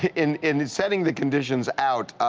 in in setting the conditions out,